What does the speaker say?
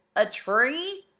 a tree!